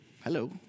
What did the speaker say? Hello